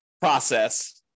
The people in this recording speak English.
process